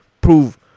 prove